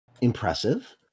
Impressive